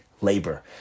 labor